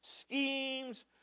schemes